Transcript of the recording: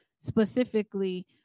specifically